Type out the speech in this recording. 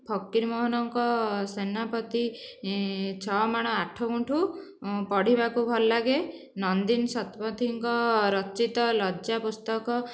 ଫକୀରମୋହନଙ୍କ ସେନାପତି ଛଅ ମାଣ ଆଠ ଗୁଣ୍ଠ ପଢ଼ିବାକୁ ଭଲ ଲାଗେ ନନ୍ଦିନୀ ଶତପଥୀଙ୍କ ରଚିତ ଲଜ୍ୟା ପୁସ୍ତକ